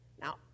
now